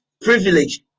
privilege